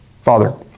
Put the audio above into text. Father